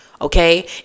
Okay